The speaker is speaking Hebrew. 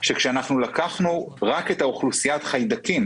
שכאשר לקחנו רק את אוכלוסיית החיידקים